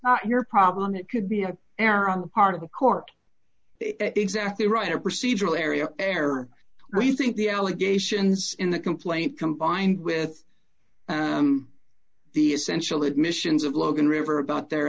not your problem it could be an error on the part of the court exactly right or procedural area error we think the allegations in the complaint combined with the essential admissions of logan river about their